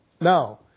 now